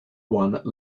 one